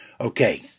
Okay